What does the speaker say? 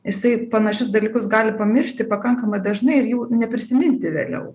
jisai panašius dalykus gali pamiršti pakankamai dažnai ir jų neprisiminti vėliau